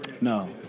no